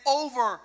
over